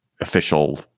official